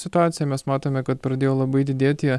situaciją mes matome kad pradėjo labai didėti